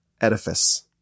edifice